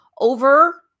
over